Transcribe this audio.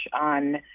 on